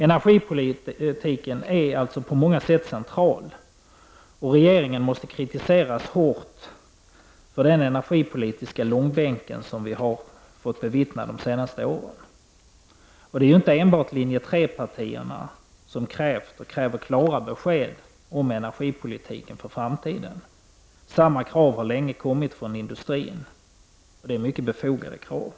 Energipolitiken är alltså på många sätt central, och regeringen måste kritiseras hårt för den energipolitiska långbänk som vi har fått bevittna de senaste åren. Det är inte enbart linje 3-partierna som krävt och kräver klara besked om energipolitiken. Samma krav har länge kommit från industrin, och det är mycket befogade krav.